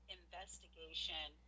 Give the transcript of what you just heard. investigation